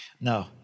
No